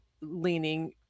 leaning